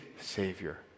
Savior